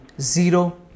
zero